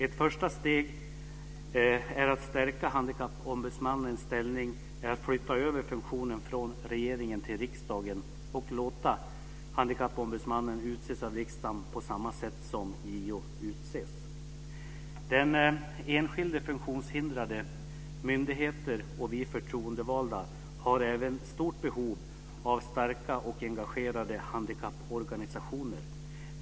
Ett första steg för att stärka Handikappombudsmannens ställning är att flytta över funktionen från regeringen till riksdagen och att låta Handikappombudsmannen utses av riksdagen på samma sätt som JO utses. Den enskilde funktionshindrade, myndigheter och vi förtroendevalda har även stort behov av starka och engagerade handikapporganisationer.